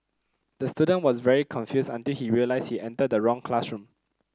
the student was very confused until he realised he entered the wrong classroom